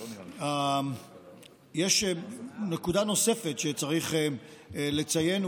יש נקודה נוספת שצריך לציין,